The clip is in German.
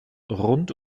rund